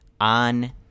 on